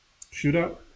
Shootout